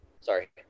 Sorry